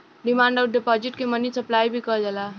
demand अउर deposit के money supply भी कहल जाला